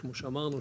כמו שאמרנו,